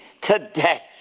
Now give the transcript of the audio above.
today